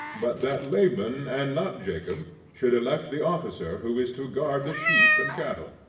but that laban and not jacob should elect the officer who is to guard the sheep and cattle.